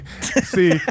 See